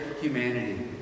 humanity